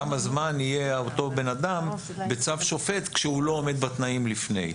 כמה זמן יהיה אותו בן אדם בצו שופט כשהוא לא עומד בתנאים לפני.